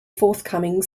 forthcoming